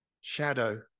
shadow